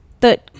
third